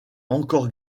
encore